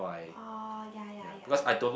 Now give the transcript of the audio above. oh ya ya ya